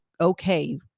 okay